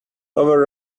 over